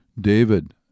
David